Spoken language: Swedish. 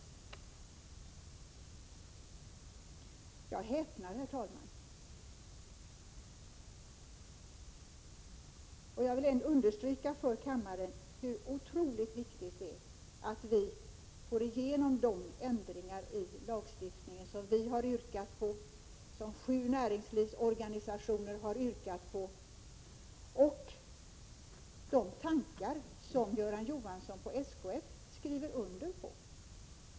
Jag häpnar, herr talman! Jag vill understryka för kammaren hur otroligt viktigt det är att vi får igenom de ändringar i lagstiftningen som vi har yrkat på, som sju näringslivsorganisationer har yrkat på, och de tankar som Göran Johansson på SKF skriver under på.